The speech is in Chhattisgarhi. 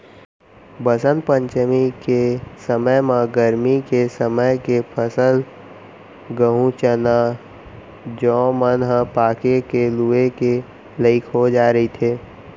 बसंत पंचमी के समे म गरमी के समे के फसल गहूँ, चना, जौ मन ह पाके के लूए के लइक हो जाए रहिथे